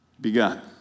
begun